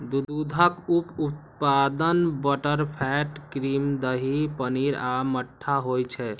दूधक उप उत्पाद बटरफैट, क्रीम, दही, पनीर आ मट्ठा होइ छै